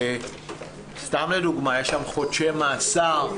סתם לדוגמה, יש שם חודשי מאסר.